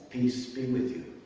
peace be with you,